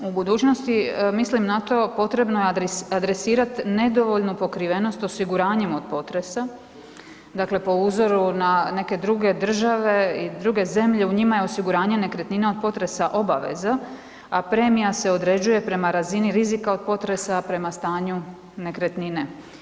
U budućnosti mislim na to potrebno je adresirat nedovoljno pokrivenost osiguranjem od potresa, dakle po uzoru na neke druge države i druge zemlje, u njima je osiguranje nekretnina od potresa obaveza, a premija se određuje prama razini rizika od potresa, prema stanju nekretnine.